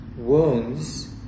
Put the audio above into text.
wounds